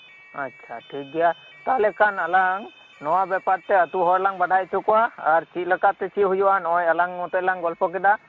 ᱟᱪᱷᱟ ᱴᱷᱤᱠᱜᱮᱭᱟ ᱛᱟᱦᱚᱞᱮ ᱠᱷᱟᱱ ᱟᱞᱟᱝ ᱱᱚᱣᱟ ᱵᱮᱯᱟᱨᱛᱮ ᱟᱛᱩ ᱦᱚᱲᱞᱟᱝ ᱵᱟᱰᱟᱭ ᱚᱪᱷᱚᱠᱚᱣᱟ ᱟᱨ ᱪᱮᱫ ᱞᱮᱠᱟᱛᱮ ᱪᱮᱫ ᱦᱩᱭᱩᱜ ᱟ ᱱᱚᱜᱚᱭ ᱟᱞᱟᱝ ᱢᱚᱛᱚᱡ ᱞᱟᱝ ᱜᱚᱞᱯᱷᱚ ᱠᱮᱫᱟ